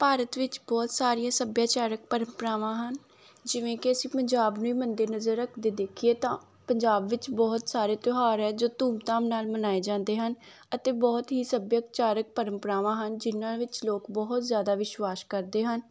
ਭਾਰਤ ਵਿੱਚ ਬਹੁਤ ਸਾਰੀਆਂ ਸੱਭਿਆਚਾਰਕ ਪਰੰਪਰਾਵਾਂ ਹਨ ਜਿਵੇਂ ਕਿ ਅਸੀਂ ਪੰਜਾਬ ਨੂੰ ਹੀ ਮੱਦੇਨਜ਼ਰ ਰੱਖਦੇ ਦੇਖੀਏ ਤਾਂ ਪੰਜਾਬ ਵਿੱਚ ਬਹੁਤ ਸਾਰੇ ਤਿਉਹਾਰ ਹੈ ਜੋ ਧੂਮਧਾਮ ਨਾਲ ਮਨਾਏ ਜਾਂਦੇ ਹਨ ਅਤੇ ਬਹੁਤ ਹੀ ਸੱਭਿਆਚਾਰਕ ਪਰੰਪਰਾਵਾਂ ਹਨ ਜਿਨ੍ਹਾਂ ਵਿੱਚ ਲੋਕ ਬਹੁਤ ਜ਼ਿਆਦਾ ਵਿਸ਼ਵਾਸ ਕਰਦੇ ਹਨ